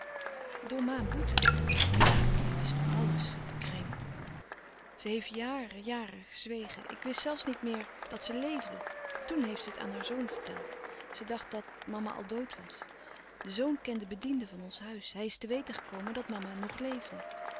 mij door ma boeten ja die wist alles het krèng ze heeft jaren jaren gezwegen ik wist zelfs niet meer dat ze leefde toèn heeft ze het aan haar zoon verteld ze dacht dat louis couperus van oude menschen de dingen die voorbij gaan mama al dood was de zoon kende bedienden van ons huis hij is te weten gekomen dat mama ng leefde